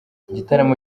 igitaramo